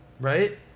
right